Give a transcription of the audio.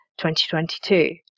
2022